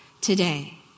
today